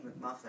McMuffin